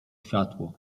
światło